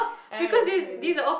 I don't know maybe